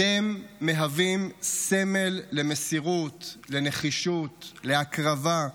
אתם מהווים סמל למסירות, לנחישות, להקרבה.